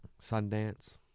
Sundance